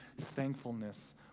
thankfulness